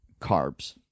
carbs